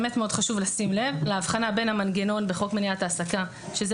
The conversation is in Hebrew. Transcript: באמת מאוד חשוב לשים לב להבחנה בין המנגנון בחוק מניעת העסקה שזה